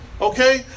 Okay